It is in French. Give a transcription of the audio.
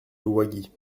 louwagie